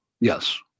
Yes